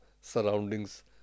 surroundings